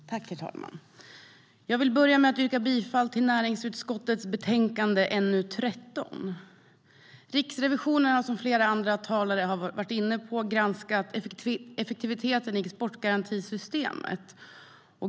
STYLEREF Kantrubrik \* MERGEFORMAT Riksrevisionens rapport om effektivitet i exportgarantisystemetRiksrevisionen har, som flera andra talare har varit inne på, granskat effektiviteten i exportgarantisystemet.